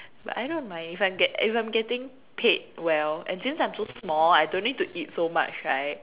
but I don't mind if I'm get if I'm getting paid well and since I'm so small I don't need to eat much right